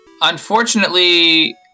Unfortunately